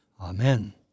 Amen